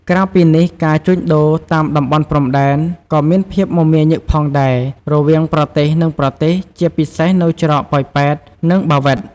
ក្រៅពីនេះការជួញដូរតាម តំបន់ព្រំដែន ក៏មានភាពមមាញឹកផងដែរ រវាងប្រទេសនិងប្រទេសជាពិសេសនៅច្រក ប៉ោយប៉ែត និងបាវិត ។